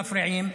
מפריעים,